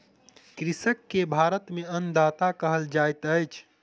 कृषक के भारत में अन्नदाता कहल जाइत अछि